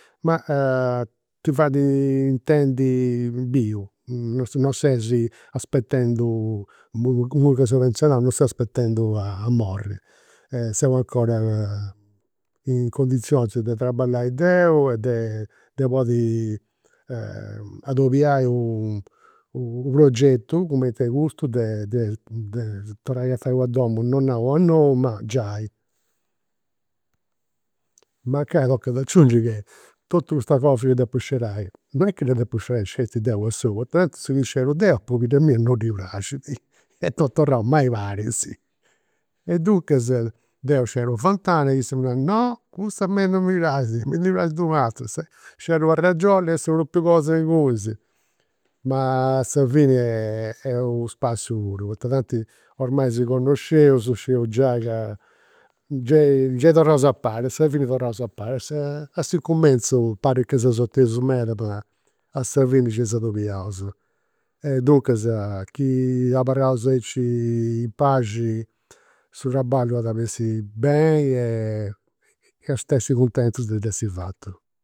Ma ti fait intendi biu, non ses aspetendu, imui ca seu penzionau, non seu aspetendu a morri, seu 'ncora in cundizioni de traballai deu e de podi adobiai u u' progetu, cument'è custu, de de torrai a fai una domu, non nau a nou ma giai. Mancai tocat aciungi che totu custa cosa chi depu scerai, non est ca dda depu scerai sceti deu a solu, poita tanti su chi sceru deu a pobidda mia non ddi praxit e non torraus mai paris. E duncas deu sceru una ventana e issa mi narat, no, cussa a mei non mi praxit, mi ndi praxit u' atera. Sceru una cragiolla e a su propriu cosa ingunis. Ma a sa fini est u' spassiu puru, poita tanti ormai si connosceus, scideus giai ca gei gei torraus a pari, a sa fini torraus a pari. A s'incumenzu parit ca seus meda, ma a sa fini gei s'adobiaus. Duncas chi abarraus aici in paxi su traballu at bessiri beni e eus at essi cuntentus de dd'essi fatu